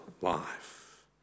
life